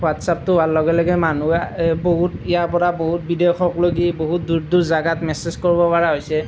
ৱাটছএপটো হোৱাৰ লগে লগে মানুহে বহুত ইয়াৰ পৰা বহুত বিদেশলৈকে বহুত দূৰ দূৰ জেগাত মেছেজ কৰিব পৰা হৈছে